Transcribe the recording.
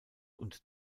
und